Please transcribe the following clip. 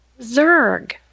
Zerg